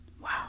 wow